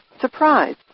surprise